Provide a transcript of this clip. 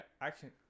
action